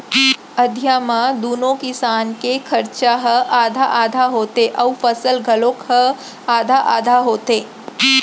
अधिया म दूनो किसान के खरचा ह आधा आधा होथे अउ फसल घलौक ह आधा आधा होथे